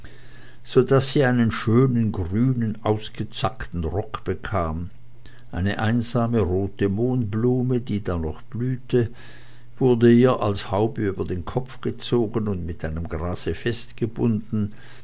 so daß sie einen schönen grünen und ausgezackten rock bekam eine einsame rote mohnblume die da noch blühte wurde ihr als haube über den kopf gezogen und mit einem grase festgebunden